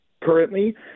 currently